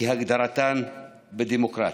כהגדרתן בדמוקרטיה,